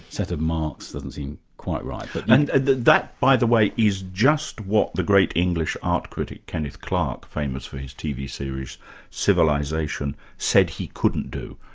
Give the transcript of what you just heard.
set of marks doesn't seem quite right. but and that, by the way, is just what the great english art critic, kenneth clark, famous for his tv series civilisation, said he couldn't do.